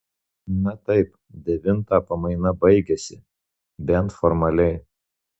na taip devintą pamaina baigiasi bent formaliai